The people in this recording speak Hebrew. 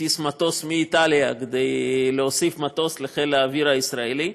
הטיס מטוס מאיטליה כדי להוסיף מטוס לחיל האוויר הישראלי.